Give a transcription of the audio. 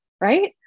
right